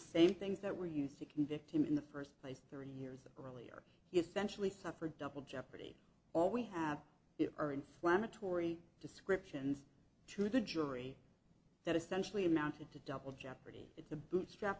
same things that were used to convict him in the first place thirty years earlier he essentially suffered double jeopardy all we have it or inflammatory descriptions to the jury that essentially amounted to double jeopardy it's a bootstrap